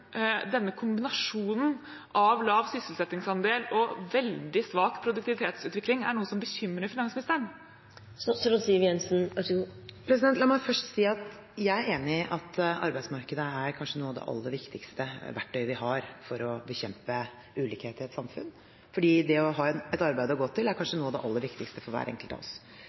denne kombinasjonen av lav sysselsettingsandel og veldig svak produktivitetsutvikling er noe som bekymrer finansministeren. La meg først si at jeg er enig i at arbeidsmarkedet kanskje er noe av det aller viktigste verktøyet vi har for å bekjempe ulikheter i et samfunn, fordi det å ha et arbeid å gå til, er kanskje noe av det aller viktigste for hver enkelt av oss.